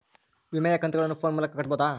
ವಿಮೆಯ ಕಂತುಗಳನ್ನ ಫೋನ್ ಮೂಲಕ ಕಟ್ಟಬಹುದಾ?